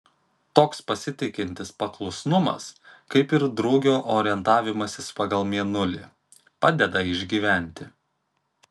toks pasitikintis paklusnumas kaip ir drugio orientavimasis pagal mėnulį padeda išgyventi